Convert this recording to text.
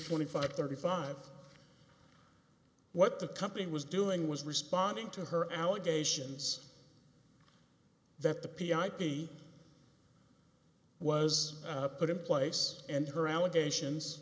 cent five thirty five what the company was doing was responding to her allegations that the p i p was put in place and her allegations